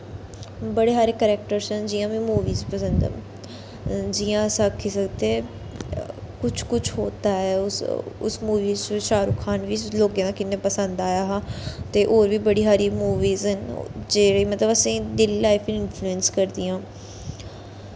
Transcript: बड़े सारे क्रैक्टरस न जि'यां मिगी मूवीस पसंद ऐ जि'यां अस आक्खी सकदे कुछ कुछ होता है उस उस मूवी च शैहरु खान बी लोकें गी किन्ना पसंद आया हा ते होर बी बड़ी सारी मूवीस न जेह्ड़ी मतलब असें गी लाईफ च इंफलुऐंस करदियां न